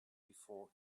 before